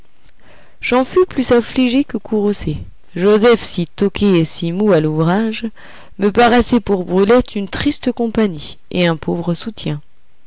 j'en fus plus affligé que courroucé joseph si toqué et si mou à l'ouvrage me paraissait pour brulette une triste compagnie et un pauvre soutien